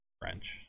french